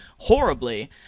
Horribly